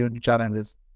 challenges